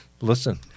listen